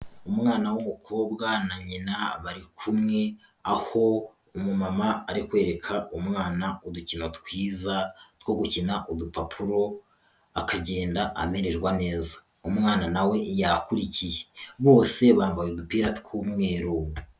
Umwana w'umukobwa na nyina bari kumwe, aho umumama ari kwereka umwana udukino twiza two gukina udupapuro, akagenda amererwa neza. Umwana na we yakurikiye. Bose bambaye udupira tw'umweru.